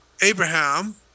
Abraham